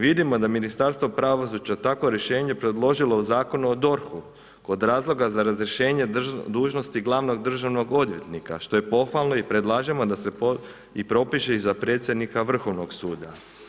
Vidimo da Ministarstvo pravosuđa takov rješenje predložilo u Zakonu o DORH-u kod razloga za razrješenje dužnosti glavnog državnog odvjetnika, što je pohvalno i predlažemo da se i propiše i za predsjednika Vrhovnog suda.